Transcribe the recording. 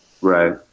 right